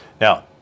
Now